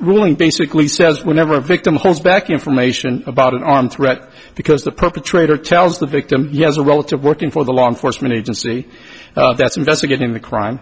ruling basically says whenever a victim holds back information about an on threat because the perpetrator tells the victim he has a relative working for the law enforcement agency that's investigating the crime